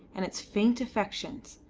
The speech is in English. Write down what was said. and its faint affections,